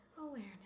awareness